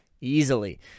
easily